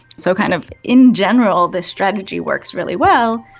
so kind of in general the strategy works really well,